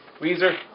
Weezer